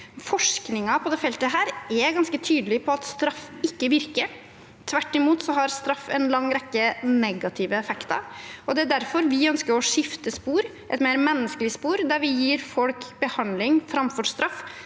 Forskningen på dette feltet er ganske tydelig på at straff ikke virker. Tvert imot har straff en lang rekke negative effekter, og det er derfor vi ønsker å skifte spor, til et mer menneskelig spor, der vi gir folk behandling framfor straff.